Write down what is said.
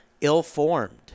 ill-formed